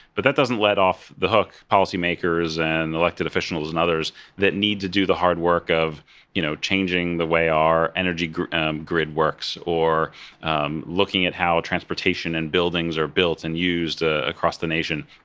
but that doesn't let off the hook policymakers and elected officials and others that need to do the hard work of you know changing the way our energy grid um grid works or um looking at how transportation and buildings are built and used ah across the nation.